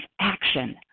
action